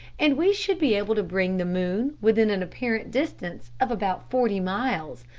and we should be able to bring the moon within an apparent distance of about forty miles,